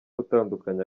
utandukanye